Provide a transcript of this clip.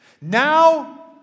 Now